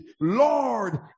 Lord